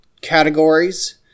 categories